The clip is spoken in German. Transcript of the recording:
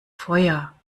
feuer